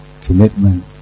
commitment